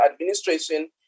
administration